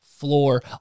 floor